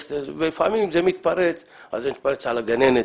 לפעמים זה מתפרץ, אז זה מתפרץ על הגננת.